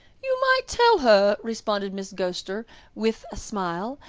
you might tell her, responded mrs. gostar, with a smile,